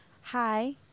Hi